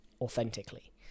authentically